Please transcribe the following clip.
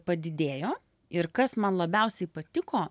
padidėjo ir kas man labiausiai patiko